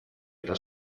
eta